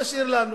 את זה תשאיר לנו.